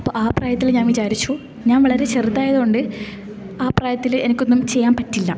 അപ്പോൾ ആ പ്രായത്തിൽ ഞാൻ വിചാരിച്ചു ഞാൻ വളരെ ചെറുതായത് കൊണ്ട് ആ പ്രായത്തില് എനിക്കൊന്നും ചെയ്യാൻ പറ്റില്ല